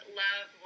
love